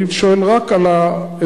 אני שואל רק על האזרחים,